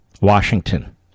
Washington